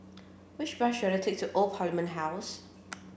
which bus should I take to Old Parliament House